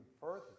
further